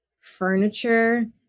furniture